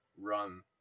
run